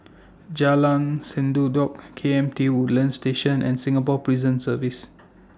Jalan Sendudok K M T Woodlands Station and Singapore Prison Service